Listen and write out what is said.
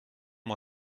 moi